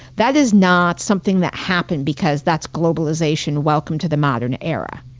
that is not something that happened because that's globalization, welcome to the modern era.